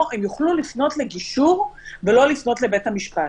הם יוכלו לפנות לגישור ולא לפנות לבית המשפט.